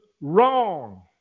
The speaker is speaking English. wrong